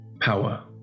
power